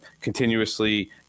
continuously